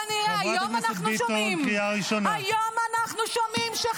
כנראה, היום אנחנו שומעים --- די להתבזות.